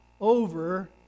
over